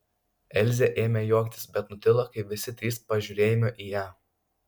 elzė ėmė juoktis bet nutilo kai visi trys pažiūrėjome į ją